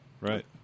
right